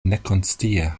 nekonscie